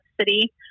city